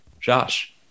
Josh